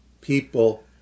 People